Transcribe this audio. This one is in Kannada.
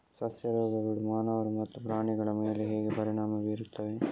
ಸಸ್ಯ ರೋಗಗಳು ಮಾನವರು ಮತ್ತು ಪ್ರಾಣಿಗಳ ಮೇಲೆ ಹೇಗೆ ಪರಿಣಾಮ ಬೀರುತ್ತವೆ